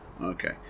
Okay